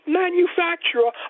manufacturer